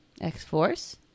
X-Force